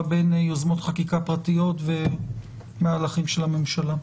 בין יוזמות חקיקה פרטיות ומהלכים של הממשלה.